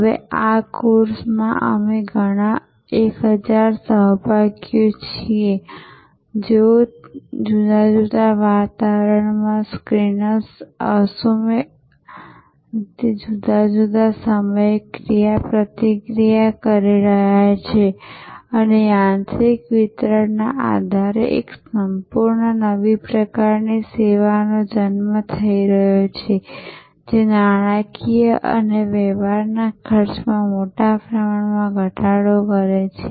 હવે આ કોર્સમાં અમે ઘણા 1000 સહભાગીઓ છીએ તેઓ જુદા જુદા વાતાવરણમાં સિંક્રનસ અસુમેળ રીતે જુદા જુદા સમયે ક્રિયાપ્રતિક્રિયા કરી રહ્યા છે અને યાંત્રિક વિતરણના આધારે એક સંપૂર્ણ નવી પ્રકારની સેવાનો જન્મ થઈ રહ્યો છે જે નાણાંકીય રીતે વ્યવહારના ખર્ચમાં મોટા પ્રમાણમાં ઘટાડો કરે છે